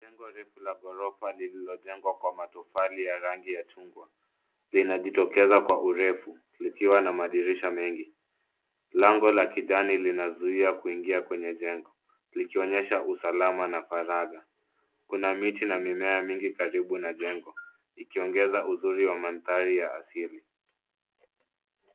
Jengo refu la ghorofa lililojengwa kwa matofali ya rangi ya chungwa, linajitokeza kwa urefu likiwa na madirisha mengi. Lango la kijani linazuia kuingia kwenye jengo, likionyesha usalama na faragha. Kuna miti na mimea mingi karibu na jengo, ikiongeza uzuri wa mandhari ya asili.